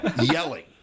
yelling